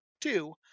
two